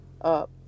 up